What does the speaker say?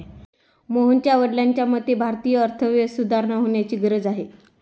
मोहनच्या वडिलांच्या मते, भारतीय अर्थव्यवस्थेत सुधारणा होण्याची गरज आहे